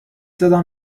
صدا